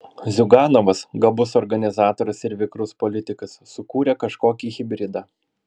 ziuganovas gabus organizatorius ir vikrus politikas sukūrė kažkokį hibridą